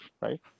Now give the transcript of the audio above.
right